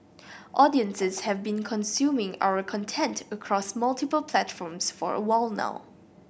audiences have been consuming our content across multiple platforms for a while now